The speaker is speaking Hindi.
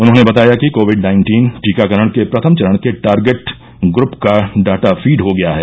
उन्होंने बताया कि कोविड नाइन्टीन टीकाकरण के प्रथम चरण के टारगेट ग्र्प का डाटा फीड हो गया है